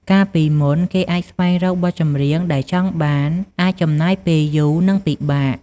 កាលពីមុន គេអាចស្វែងរកបទចម្រៀងដែលចង់បានអាចចំណាយពេលយូរ និងពិបាក។